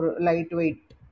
lightweight